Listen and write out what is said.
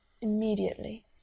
immediately